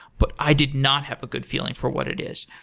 but i did not have a good feeling for what it is.